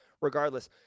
regardless